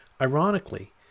Ironically